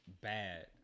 bad